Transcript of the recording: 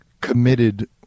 committed